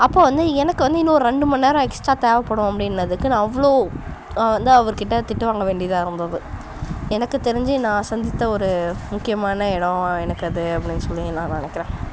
அப்போது வந்து எனக்கு வந்து இன்னும் ஒரு ரெண்டு மணிநேரம் எக்ஸ்ட்டா தேவைப்படும் அப்படின்னதுக்கு நான் அவ்வளோ நான் வந்து அவர்க்கிட்ட திட்டு வாங்க வேண்டியதாக இருந்தது எனக்கு தெரிஞ்சு நான் சந்தித்த ஒரு முக்கியமான எடம் எனக்கு அது அப்படின்னு சொல்லி நான் நினக்கிறேன்